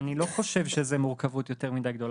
אני לא חושב שזאת מורכבות יותר מדי גדולה,